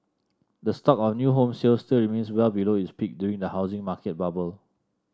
the stock of new home sales still remains well below its peak during the housing market bubble